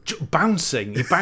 bouncing